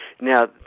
now